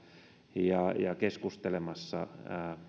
ja ja keskustelemassa